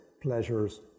pleasures